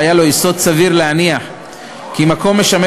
שהיה לו יסוד סביר להניח כי מקום משמש